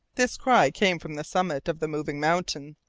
this cry came from the summit of the moving mountain,